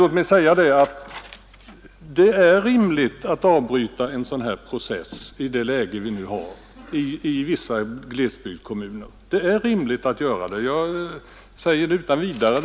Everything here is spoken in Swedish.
Låt mig säga att det är rimligt att avbryta en sådan här process i det läge vi nu har i vissa glesbygdskommuner. Detta säger jag utan vidare.